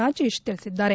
ರಾಜೇಶ್ ತಿಳಿಸಿದ್ದಾರೆ